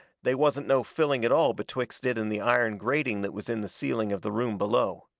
they wasn't no filling at all betwixt it and the iron grating that was in the ceiling of the room below.